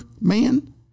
man